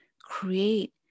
create